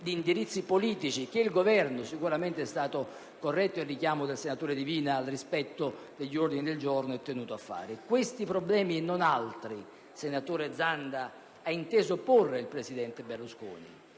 di indirizzi politici che il Governo - è stato corretto il richiamo del senatore Divina al rispetto degli ordini del giorno - è tenuto a rispettare. Questi problemi e non altri, senatore Zanda, ha inteso porre il presidente Berlusconi,